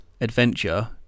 Adventure